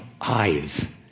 eyes